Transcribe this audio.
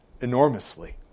enormously